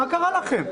מה קרה לכם?